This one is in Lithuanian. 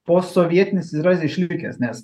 post sovietinis yra išlikęs nes